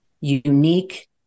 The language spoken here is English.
unique